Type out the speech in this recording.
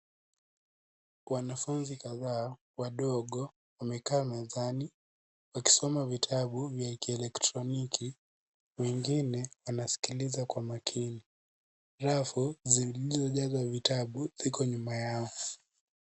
Wanafunzi kadhaa wadogo wamekaa mezani wakisoma vitabu vya kielektroniki, wengine anasikiliza kwa umakini. Rafu zilizojazwa vitabu ziko nyuma yao.